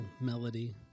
melody